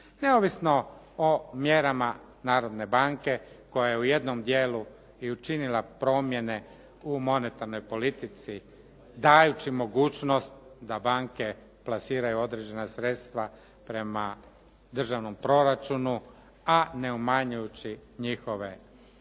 neovisno o mjerama Narodne banke koja je u jednom dijelu i učinila promjene u monetarnoj politici dajući mogućnost da banke plasiraju određena sredstva prema državnom proračunu a ne umanjujući njihove limite